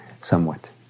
somewhat